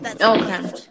Okay